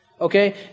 Okay